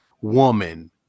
woman